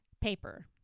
paper